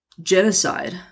genocide